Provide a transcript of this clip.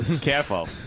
Careful